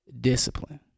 discipline